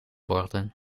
worden